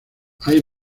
hay